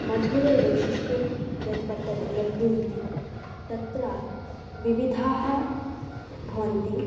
मधुरे वैशिष्ट्यं यद् वर्तते लड्डुकम् इति तत्र विविधाः भवन्ति